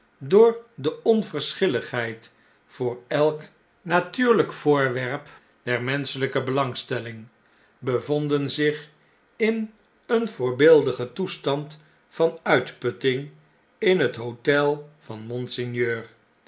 door de onverschilligheid voor elk natuurljjk voorwerp der menscnelpe belangstelling bevonden zich in een voorbeeldigen toestand van uitputting in het hotel van monseigneur